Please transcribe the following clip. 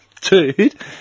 Dude